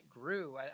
grew